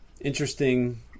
interesting